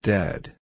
Dead